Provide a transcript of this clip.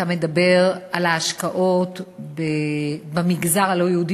אתה מדבר על ההשקעות במגזר הלא-יהודי,